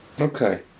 Okay